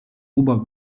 ober